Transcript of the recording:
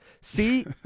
See